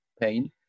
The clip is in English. pain